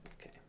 Okay